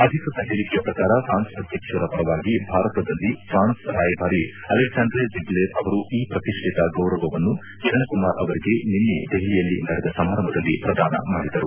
ಅಧಿಕೃತ ಹೇಳಿಕೆಯ ಪ್ರಕಾರ ಫ್ರಾನ್ಸ್ ಅಧ್ಯಕ್ಷರ ಪರವಾಗಿ ಭಾರತದಲ್ಲಿ ಫ್ರಾನ್ಸ್ ರಾಯಭಾರಿ ಅಲೆಕ್ಯಾಂಡ್ರೆ ಜಿಗ್ಲೇರ್ ಅವರು ಈ ಪ್ರತಿಷ್ಣಿತ ಗೌರವವನ್ನು ಕಿರಣ್ ಕುಮಾರ್ ಅವರಿಗೆ ನಿನ್ನೆ ದೆಹಲಿಯಲ್ಲಿ ನಡೆದ ಸಮಾರಂಭದಲ್ಲಿ ಪ್ರದಾನ ಮಾಡಿದರು